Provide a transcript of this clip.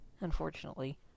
unfortunately